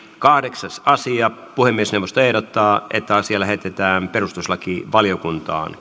kahdeksas asia puhemiesneuvosto ehdottaa että asia lähetetään perustuslakivaliokuntaan